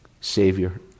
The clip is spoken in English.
Savior